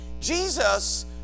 Jesus